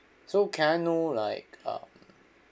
so can I know like um